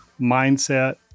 mindset